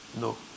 No